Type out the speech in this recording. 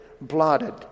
blotted